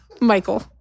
Michael